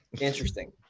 Interesting